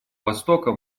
востока